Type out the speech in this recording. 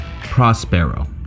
Prospero